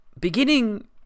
beginning